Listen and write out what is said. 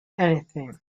anything